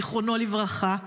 זיכרונו לברכה,